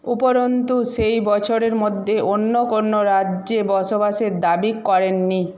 উপরন্তু সেই বছরের মধ্যে অন্য কোনও রাজ্যে বসবাসের দাবি করেননি